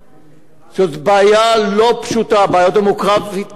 זאת בעיה לא פשוטה, בעיה דמוגרפית קשה מאוד,